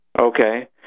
okay